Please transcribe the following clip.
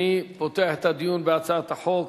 אני פותח את הדיון בהצעת החוק.